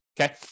Okay